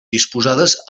disposades